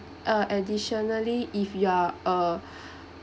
uh additionally if you're a